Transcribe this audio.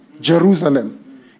Jerusalem